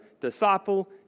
disciple